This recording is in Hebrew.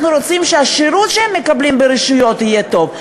אנחנו רוצים שהשירות שהם מקבלים ברשויות יהיה טוב.